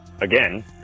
again